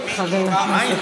גנאים.